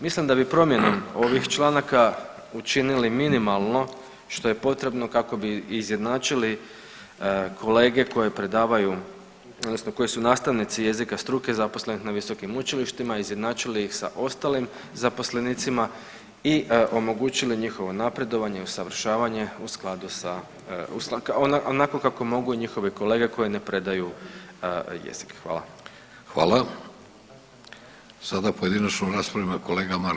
Mislim da bi promjenom ovih članaka učinili minimalno što je potrebno kako bi izjednačili kolege koje predavaju odnosno koji su nastavnici jezika struke zaposleni na visokim učilištima izjednačili ih sa ostalim zaposlenicima i omogućili njihovo napredovanje i usavršavanje u skladu sa, onako kako mogu njihovi kolege koji ne predaju jezik, hvala.